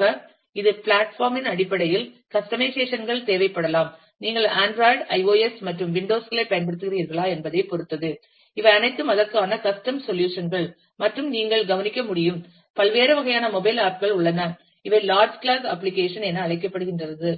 குறிப்பாக இது பிளாட்பார்ம் இன் அடிப்படையில் கஸ்டமைசேஷன் கள் தேவைப்படலாம் நீங்கள் ஆண்ட்ராய்டு iOS மற்றும் விண்டோஸ் களைப் பயன்படுத்துகிறீர்களா என்பதைப் பொருத்தது இவை அனைத்தும் அதற்கான கஷ்டம் சொல்யூஷன் கள் மற்றும் நீங்கள் கவனிக்க முடியும் பல்வேறு வகையான மொபைல் ஆப் கள் உள்ளன இவை லார்ஜ் கிளாஸ் அப்ளிகேஷன் என அழைக்கப்படுகிறது